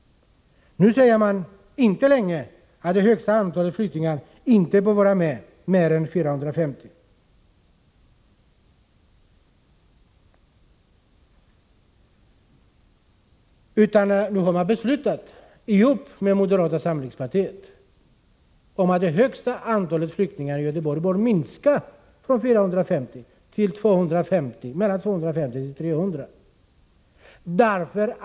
Nu säger man inte längre att högsta antalet flyktingar inte bör vara mer än 450. Nu har man ihop med moderata samlingspartiet beslutat att det högsta antalet flyktingar i Göteborg bör minska från 450 till 250-300.